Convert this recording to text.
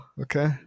okay